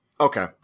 Okay